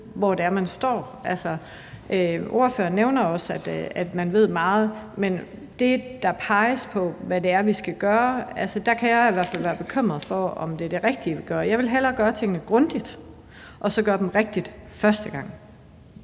passer ikke med det. Ordføreren nævner også, at man ved meget, men i forbindelse med det, der peges på vi skal gøre, kan jeg i hvert fald være bekymret for, om det er det rigtige, vi gør. Jeg vil hellere gøre tingene grundigt og så gøre dem rigtigt første gang.